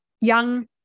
young